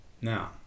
Now